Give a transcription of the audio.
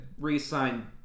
re-sign